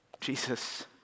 Jesus